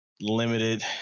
limited